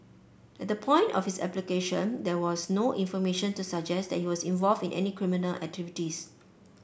at the point of his application there was no information to suggest that he was involved in any criminal activities